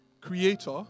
Creator